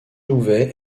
louvet